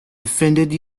offended